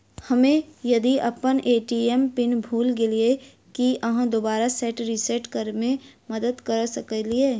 हम्मे यदि अप्पन ए.टी.एम पिन भूल गेलियै, की अहाँ दोबारा सेट रिसेट करैमे मदद करऽ सकलिये?